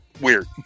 weird